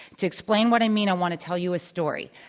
to explain what i mean, i want to tell you a story.